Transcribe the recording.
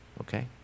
Okay